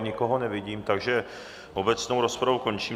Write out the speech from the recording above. Nikoho nevidím, takže obecnou rozpravu končím.